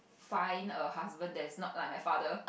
find a husband that is not like my father